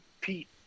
pete